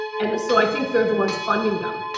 and so i think they're the ones funding them.